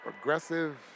aggressive